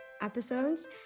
episodes